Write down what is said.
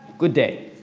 good day